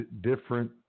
different